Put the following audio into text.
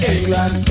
England